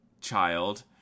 child